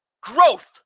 Growth